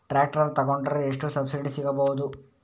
Tractor ತೊಕೊಂಡರೆ ಎಷ್ಟು subsidy ಸಿಗಬಹುದು?